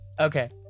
Okay